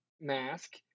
mask